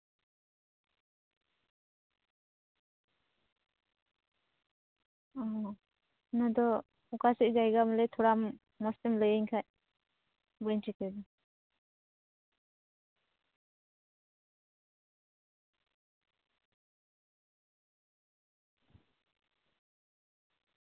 ᱚ ᱚᱱᱟᱫᱚ ᱚᱠᱟᱥᱮᱫ ᱡᱟᱭᱜᱟ ᱵᱚᱞᱮ ᱛᱷᱚᱲᱟ ᱢᱚᱡᱽᱛᱮᱢ ᱞᱟᱹᱭᱟᱹᱧ ᱠᱷᱟᱱ ᱵᱟᱹᱧ ᱴᱷᱤᱠᱟᱹᱭᱫᱟ